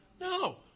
No